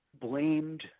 blamed